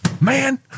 man